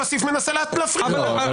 אבל כסיף מנסה להפריע לו.